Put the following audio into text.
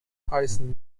heißen